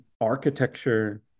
architecture